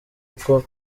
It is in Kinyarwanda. uko